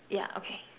ya okay